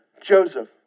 Joseph